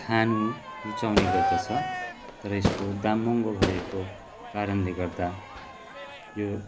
खानु रुचाउने गर्दछ तर यसको दाम महँगो भएको कारणले गर्दा यो